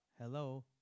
Hello